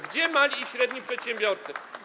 Gdzie mali i średni przedsiębiorcy?